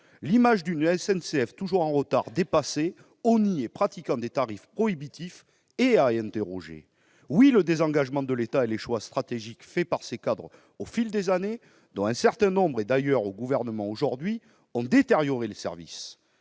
L'image d'une SNCF toujours en retard, dépassée, honnie et pratiquant des tarifs prohibitifs est à interroger. Oui, au fil des années, le désengagement de l'État et les choix stratégiques faits par ses cadres, dont un certain nombre sont d'ailleurs au Gouvernement aujourd'hui, ont détérioré le service.